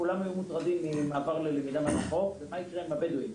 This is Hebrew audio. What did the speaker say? כולם היו מוטרדים ממעבר ללימודים מרחוק ומה יקרה עם הבדואים.